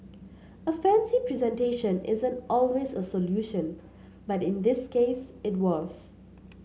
a fancy presentation isn't always a solution but in this case it was